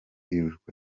iruhuko